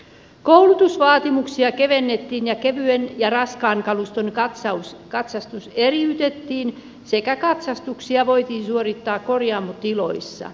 koulutusvaatimuksia kevennettiin ja kevyen ja raskaan kaluston katsastus eriytettiin sekä katsastuksia voitiin suorittaa korjaamotiloissa